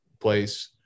place